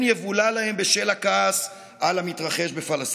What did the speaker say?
יבולע להם בשל הכעס על המתרחש בפלסטין.